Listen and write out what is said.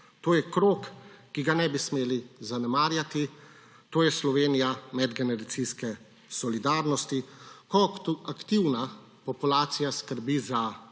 To je krog, ki ga ne bi smeli zanemarjati. To je Slovenija medgeneracijske solidarnosti, ko aktivna populacija skrbi za